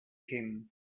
him